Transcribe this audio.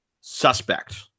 suspect